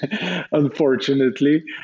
unfortunately